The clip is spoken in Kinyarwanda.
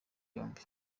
yombi